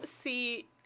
see